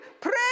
pray